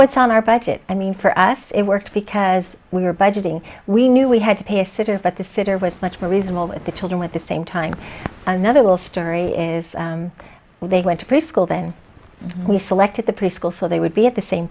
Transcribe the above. what's on our budget i mean for us it worked because we were budgeting we knew we had to pay a sitter but the sitter was much more reasonable with the children with the same time another little story is they went to preschool then we selected the preschool so they would be at the same